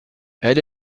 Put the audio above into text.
elle